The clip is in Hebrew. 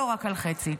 לא רק על חצי.